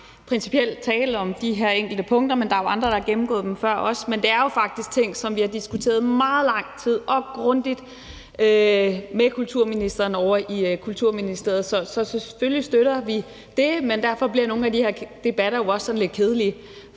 principiel tale om de enkelte punkter, men der er jo andre, der har gennemgået dem før mig. Men det er jo faktisk ting, som vi har diskuteret i meget lang tid og grundigt med kulturministeren ovre i Kulturministeriet, så selvfølgelig støtter vi det. Men nogle af de her debatter bliver jo også sådan lidt kedelige,